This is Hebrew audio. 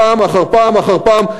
פעם אחר פעם אחר פעם,